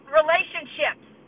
relationships